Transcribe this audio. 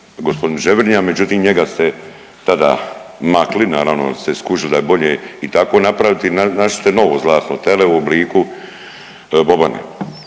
g. Ževrnja, međutim njega ste tada makli, naravno jer ste skužili da je bolje i tako napraviti, našli ste novo zlatno tele u obliku Bobana